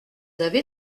avez